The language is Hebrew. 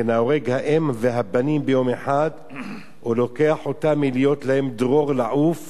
וכן "ההורג האם והבנים ביום אחד או לוקח אותם בהיות להם דרור לעוף,